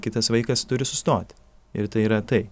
kitas vaikas turi sustoti ir tai yra tai